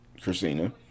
Christina